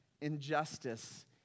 injustice